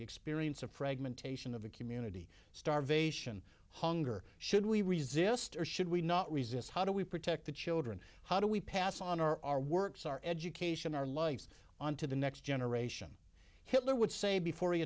fragmentation of a community starvation hunger should we resist or should we not resist how do we protect the children how do we pass on our our works our education our lives on to the next generation hitler would say before he